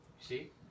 See